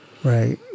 Right